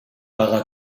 para